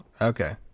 Okay